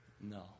No